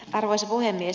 arvoisa puhemies